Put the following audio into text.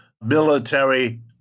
military